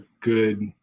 good